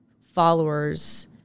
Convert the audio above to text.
followers-